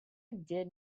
did